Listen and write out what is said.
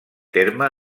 terme